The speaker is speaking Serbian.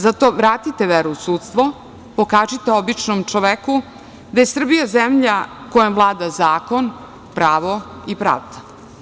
Zato vratite veru u sudstvo, pokažite običnom čoveku da je Srbija zemlja kojom vlada zakon, pravo i pravda.